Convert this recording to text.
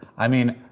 i mean.